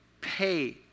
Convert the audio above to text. pay